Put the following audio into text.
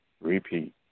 repeat